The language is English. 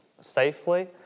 safely